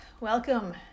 Welcome